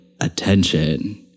attention